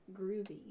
Groovy